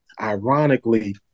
ironically